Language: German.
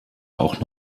auch